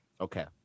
okay